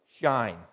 shine